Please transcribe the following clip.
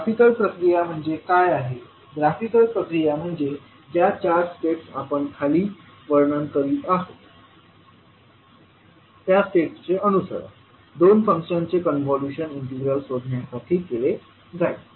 graphical प्रक्रिया म्हणजे काय आहे ग्राफिकल प्रक्रिया म्हणजे ज्या चार स्टेप्सचे आपण खाली वर्णन करीत आहोत त्या स्टेप्सचे अनुसरण दोन फंक्शन्सचे कॉन्व्होल्यूशन इंटिग्रल शोधण्यासाठी केले जाईल